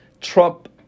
Trump